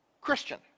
Christian